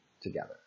together